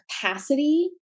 capacity